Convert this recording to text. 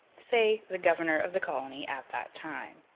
say, the governor of the colony at that time.